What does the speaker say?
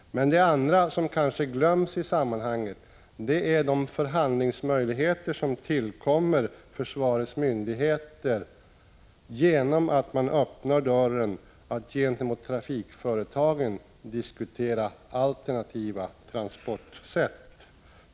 Det andra, som kanske glöms i sammanhanget, är de förhandlingsmöjligheter som ges försvarets myndigheter genom att man öppnar dörren för diskussioner med trafikföretagen om alternativa transportsätt.